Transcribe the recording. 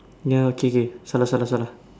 ya K K salah salah salah